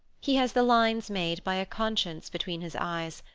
he has the lines made by a conscience between his eyes,